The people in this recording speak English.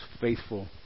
faithful